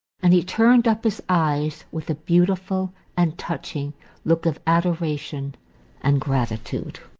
and he turned up his eyes with a beautiful and touching look of adoration and gratitude.